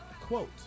quote